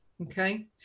Okay